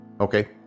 Okay